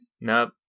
Nope